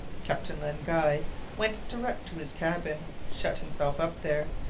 captain len guy went direct to his cabin, shut himself up there,